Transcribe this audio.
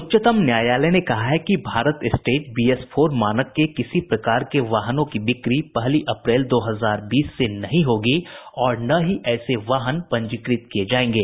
उच्चतम न्यायालय ने कहा है कि भारत स्टेज बीएस फोर मानक के किसी प्रकार के वाहनों की बिक्री पहली अप्रैल दो हजार बीस से नहीं होगी और न ही ऐसे वाहन पंजीकृत किए जाएंगे